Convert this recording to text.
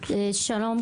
שלום,